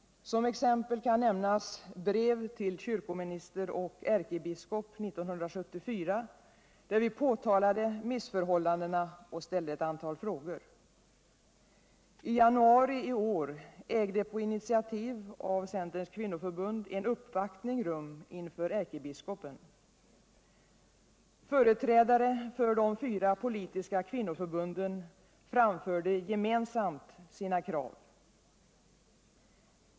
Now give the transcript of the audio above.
Som exempel kan nämnas brev till kyrkominister och ärkebiskop 1974, där vi påtalade missförhållandena och ställde ett antal frågor. I januari i år ägde på initiativ av centerns kvinnoförbund en uppvaktning rum inför ärkebiskopen. Företrädare för de fyra politiska kvinnoförbunden framförde gemensamt sina krav.